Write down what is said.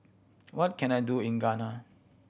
what can I do in Guyana